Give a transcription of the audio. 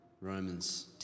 Romans